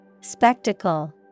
Spectacle